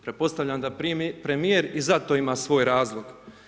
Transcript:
Pretpostavljam da premijer i za to ima svoj razlog.